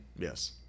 Yes